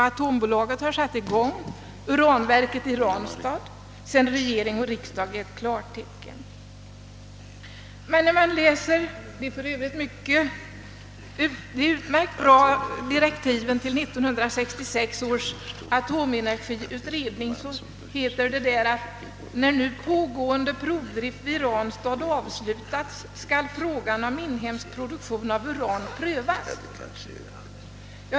Atombolaget har satt i gång uranverket i Ranstad, sedan regering och riksdag gett klartecken. Men när man läser de för övrigt mycket bra direktiven till 1966 års atomenergiutredning finner man att det heter att när nu pågående provdrift i Ranstad avslutats, skall frågan om inhemsk produktion av uran prövas.